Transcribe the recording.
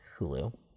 Hulu